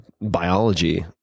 biology